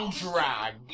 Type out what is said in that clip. drag